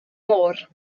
môr